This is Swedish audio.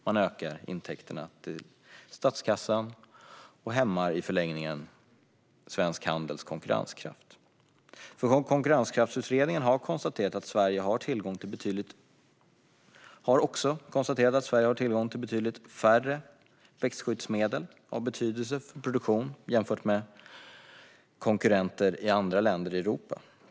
Man ökar intäkterna till statskassan och hämmar i förlängningen svensk handels konkurrenskraft. Konkurrenskraftsutredningen har konstaterat att Sverige har tillgång till betydligt färre växtskyddsmedel av betydelse för produktionen jämfört med konkurrenter i andra länder i Europa.